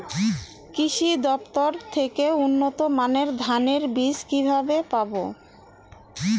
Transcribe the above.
কৃষি দফতর থেকে উন্নত মানের ধানের বীজ কিভাবে পাব?